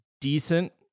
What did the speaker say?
decent